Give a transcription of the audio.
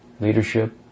leadership